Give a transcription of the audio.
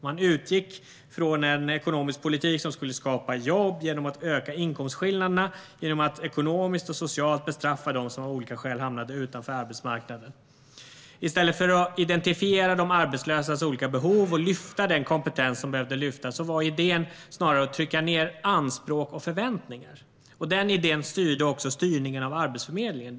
Man utgick från en ekonomisk politik som skulle skapa jobb genom att öka inkomstskillnaderna och genom att ekonomiskt och socialt bestraffa dem som av olika skäl hamnade utanför arbetsmarknaden. I stället för att identifiera de arbetslösas olika behov och lyfta den kompetens som behövde lyftas var idén snarare att trycka ned anspråk och förväntningar. Den idén ledde också styrningen av Arbetsförmedlingen.